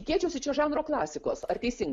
tikėčiausi čia žanro klasikos ar teisingai